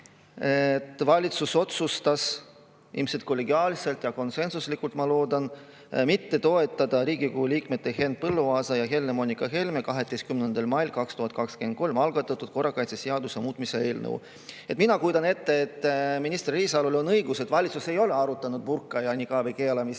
valitsus otsustas – ilmselt kollegiaalselt ja konsensuslikult, ma loodan – mitte toetada Riigikogu liikmete Henn Põlluaasa ja Helle-Moonika Helme 12. mail 2023. aastal algatatud korrakaitseseaduse muutmise [seaduse] eelnõu. Mina kujutan ette, et minister Riisalol on õigus, et valitsus ei ole arutanud burka ja nikaabi keelamist,